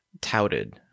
touted